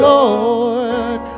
Lord